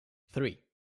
three